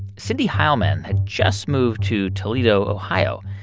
cyndi hileman had just moved to toledo, ohio.